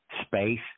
space